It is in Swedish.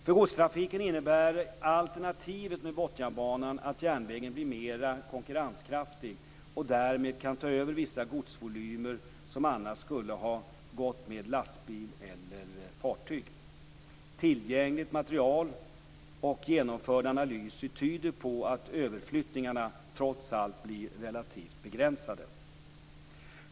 För godstrafiken innebär alternativet med Botniabanan att järnvägen blir mera konkurrenskraftig och därmed kan ta över vissa godsvolymer som annars skulle ha gått med lastbil eller fartyg. Tillgängligt material och genomförda analyser tyder på att överflyttningarna trots allt blir relativt begränsade.